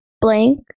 blank